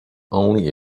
only